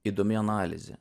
įdomi analizė